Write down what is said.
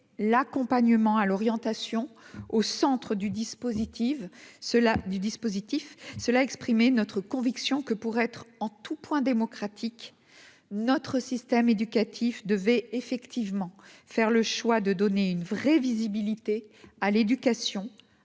l'accompagnement à l'orientation au centre du dispositif cela du dispositif cela exprimé notre conviction que pour être en tous points démocratique, notre système éducatif devait effectivement faire le choix de donner une vraie visibilité à l'éducation